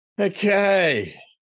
Okay